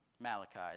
Malachi